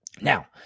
Now